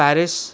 Paris